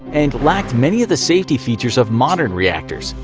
and lacked many of the safety features of modern reactors.